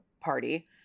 party